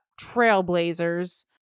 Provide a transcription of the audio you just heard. Trailblazers